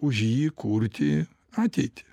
už jį kurti ateitį